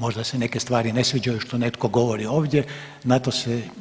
Možda se neke stvari ne sviđaju što netko govori ovdje, na to